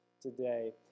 today